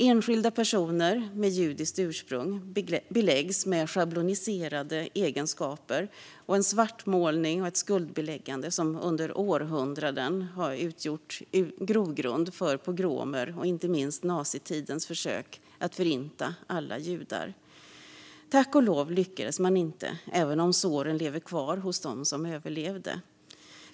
Enskilda personer med judiskt ursprung beläggs med schabloniserade egenskaper och utsätts för en svartmålning och ett skuldbeläggande som under århundranden utgjort grogrund för pogromer och inte minst nazitidens försök att förinta alla judar. Tack och lov lyckades man inte, även om såren lever kvar hos dem som överlevde.